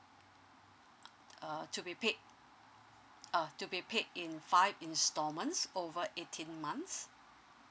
uh to be paid uh to be paid in five installments over eighteen months